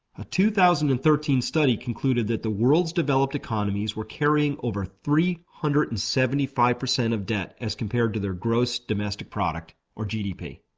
a two thousand and thirteen study concluded that the world's developed economies were carrying over three hundred and seventy five percent of debt as compared to their gross domestic product, or gdp.